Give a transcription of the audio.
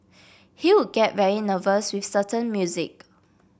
he would get very nervous with certain music